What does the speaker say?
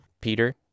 Peter